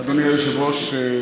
נחמן שי (המחנה הציוני): אדוני היושב-ראש,